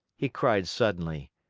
he cried suddenly.